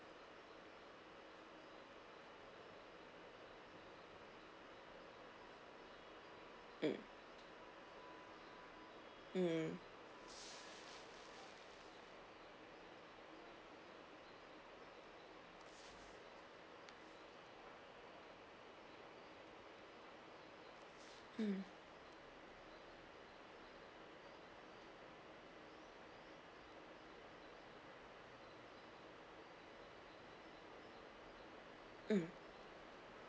mm mm mm mm